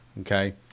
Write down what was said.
Okay